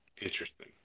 Interesting